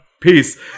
Peace